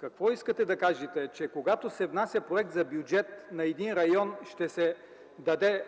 какво искате да кажете? – Че когато се внася проектът за бюджет, на един район ще се дадат